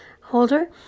holder